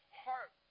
heart